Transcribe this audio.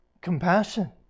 Compassion